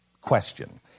question